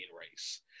race